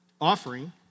offering